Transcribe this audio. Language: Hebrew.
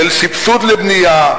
של סבסוד לבנייה,